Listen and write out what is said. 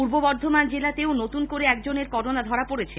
পূর্ব বর্ধমান জেলায় নতুন করে একজনের করোনা ধরা পড়েছে